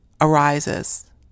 arises